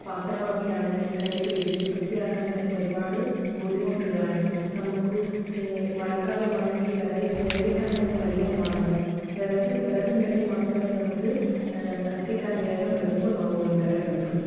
പാത്രങ്ങളൊക്കെ ആണെങ്കിൽ കരിപിടിച്ച് വൃത്തിയാക്കാൻ തന്നെ ഒരുപാട് ബുദ്ധിമുട്ടുകളാണ് നമുക്ക് മഴക്കാലമാണെങ്കിൽ വിറക് ശേഖരിക്കാൻ തന്നെ വലിയ പാടാണ് വിറക് വിറക് ഉണ്ടെങ്കിൽ മാത്രമേ നമുക്ക് കത്തിക്കാൻ വേഗം എളുപ്പം ആവുള്ളൂ വിറകടുപ്പ്